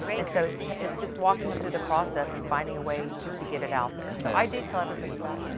and so it's, it's just walking them through the process and finding a way to get it out there. so i do tell everybody that.